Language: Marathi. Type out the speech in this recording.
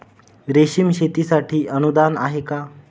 रेशीम शेतीसाठी अनुदान आहे का?